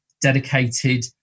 dedicated